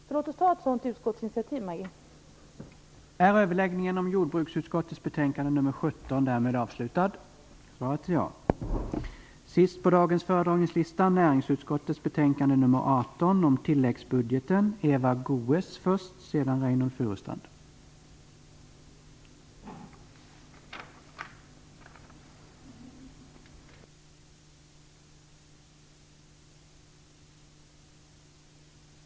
Så låt oss ta ett sådant utskottsinitiativ, Maggi Mikaelsson!.